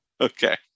Okay